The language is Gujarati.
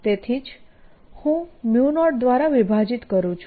તેથી જ હું 0 દ્વારા વિભાજીત કરું છું